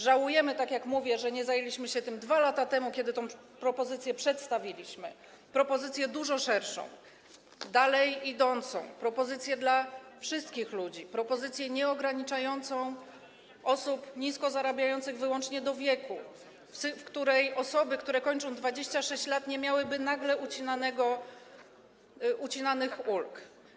Żałujemy, tak jak mówię, że nie zajęliśmy się tym 2 lata temu, kiedy tę propozycję przedstawiliśmy - propozycję dużo szerszą, dalej idącą, propozycję dla wszystkich ludzi, propozycję nieograniczającą kręgu osób nisko zarabiających wyłącznie w odniesieniu do wieku, zgodnie z którą osoby, które kończą 26 lat, nie miałyby nagle ucinanych ulg.